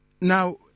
Now